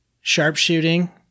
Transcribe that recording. Sharpshooting